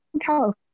california